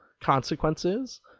consequences